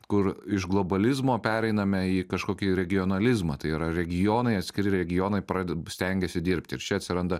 kur iš globalizmo pereiname į kažkokį regionalizmą tai yra regionai atskiri regionai praded stengiasi dirbti ir čia atsiranda